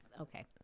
okay